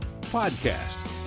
podcast